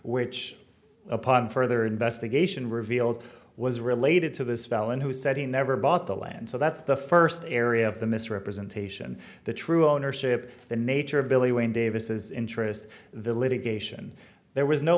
which upon further investigation revealed was related to this felon who said he never bought the land so that's the first area of the misrepresentation the true ownership the nature of billy wayne davis interest the litigation there was no